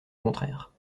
contraire